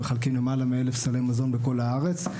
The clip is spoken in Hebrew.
מחלקים למעלה מאלף סלי מזון בכל הארץ.